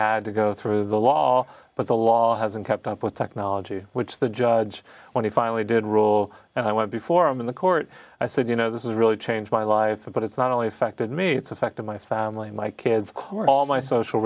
had to go through the law but the law hasn't kept up with technology which the judge when he finally did rule and i went before him in the court i said you know this is really changed my life but it's not only affected me it's affected my family my kids of course all my social